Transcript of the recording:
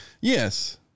Yes